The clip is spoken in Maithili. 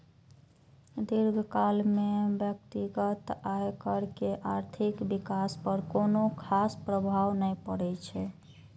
दीर्घकाल मे व्यक्तिगत आयकर के आर्थिक विकास पर कोनो खास प्रभाव नै पड़ै छै